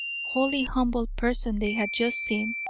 wholly humble person they had just seen,